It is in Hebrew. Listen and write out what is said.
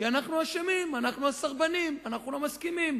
כי אנחנו אשמים, אנחנו הסרבנים, אנחנו לא מסכימים,